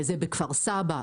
כפר סבא,